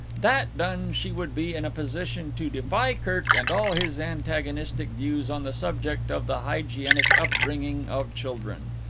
that done, she would be in a position to defy kirk and all his antagonistic views on the subject of the hygienic upbringing of children.